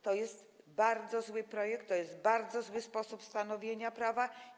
To jest bardzo zły projekt, to jest bardzo zły sposób stanowienia prawa.